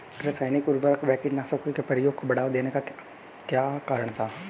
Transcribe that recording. रासायनिक उर्वरकों व कीटनाशकों के प्रयोग को बढ़ावा देने का क्या कारण था?